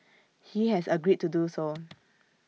he has agreed to do so